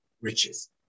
riches